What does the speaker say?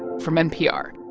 from npr